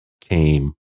came